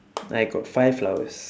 I got five flowers